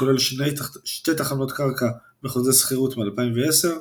כולל 2 תחנות קרקע בחוזה שכירות מ-2010,